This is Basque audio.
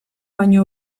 baino